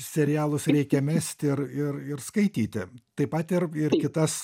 serialus reikia mesti ir ir ir skaityti taip pat ir ir kitas